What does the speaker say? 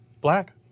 black